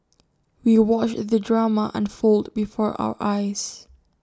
we watched the drama unfold before our eyes